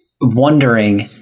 wondering